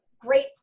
great